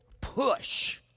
push